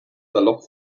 salopp